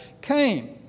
came